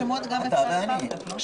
שמות אפשר גם אחר כך, לא?